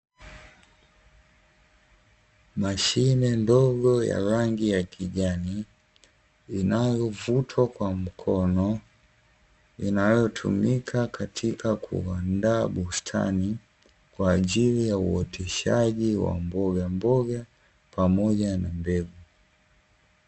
Mashine ndogo ya rangi ya kijani inayovutwa kwa mkono, inayotumika katika kuandaa bustani kwa ajili ya uoteshaji wa mbogamboga na mbegu.